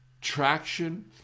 traction